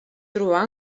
trobar